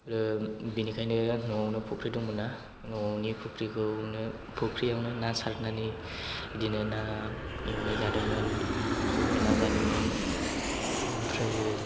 बेनिखायनो न'आवनो फख्रि दंमोन ना न'नि फख्रिआवनो ना सारनानै बिदिनो ना एवनाय जादोंमोन सबाय ना जादोंमोन ओमफ्राय